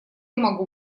могу